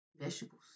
vegetables